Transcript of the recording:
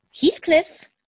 Heathcliff